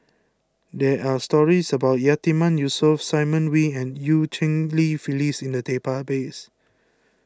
there are stories about Yatiman Yusof Simon Wee and Eu Cheng Li Phyllis in the database